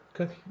Okay